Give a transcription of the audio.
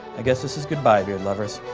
i guess this is goodbye, beardlovers.